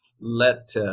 let